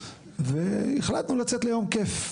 והחלטנו לצאת ליום כיף.